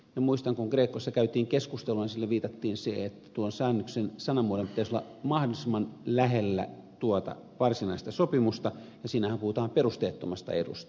muistan kun grecossa käytiin keskustelua ja siellä viitattiin siihen että tuon säännöksen sanamuodon pitäisi olla mahdollisimman lähellä tuota varsinaista sopimusta ja siinähän puhutaan perusteettomasta edusta